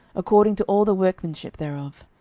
according to all the workmanship thereof.